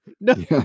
No